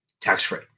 tax-free